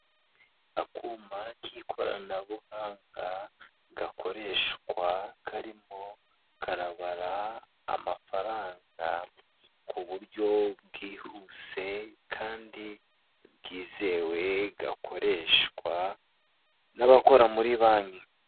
Akuma k'ikoranabuhanga gakoreshwa karimo karabara amafaranga ku buryo bwihuse kandi bwizewe, gakoreshwa n'abakora muri banki.